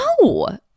no